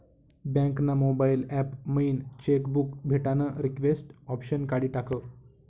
bank ना mobile app मयीन cheque book भेटानं रिक्वेस्ट ऑप्शन काढी टाकं